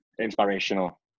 inspirational